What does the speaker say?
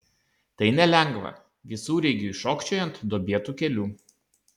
tai nelengva visureigiui šokčiojant duobėtu keliu